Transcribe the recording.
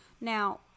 Now